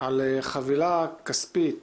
על חבילה כספית